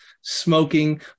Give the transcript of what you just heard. smoking